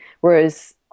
Whereas